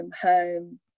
home